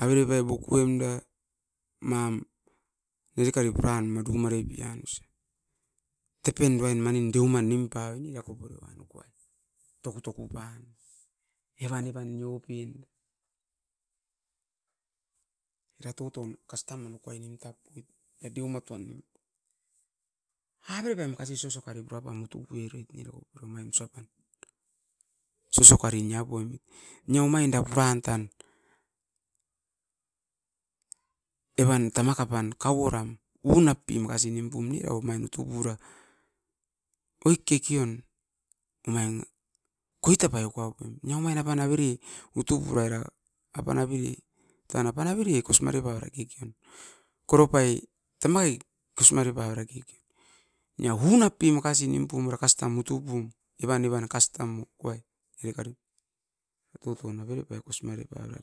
Avere pai nokuem da neri kari puran mikuna puran, tepen uruain deuman puran evan, evan nioim, era deu matoan tovoim. Avere pai makasi sosokari pioim omain toton. Nia omain era puran tan, even tama kapankau oram. Unapai makasi num pum omain utun, utura oit kekeon omain koita pai uka punoi era, avere kosingareoven koro pai tama kai kosingare oven. Nia unapai makasi nim pum. Omait avere kosingare oven. Even evan kastam pep avere puroun evatop nia unat